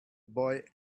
boy